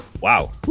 Wow